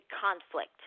conflict